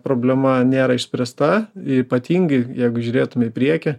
problema nėra išspręsta ypatingai jeigu žiūrėtume į priekį